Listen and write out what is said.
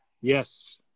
Yes